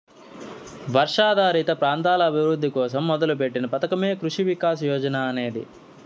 వర్షాధారిత ప్రాంతాల అభివృద్ధి కోసం మొదలుపెట్టిన పథకమే కృషి వికాస్ యోజన అనేది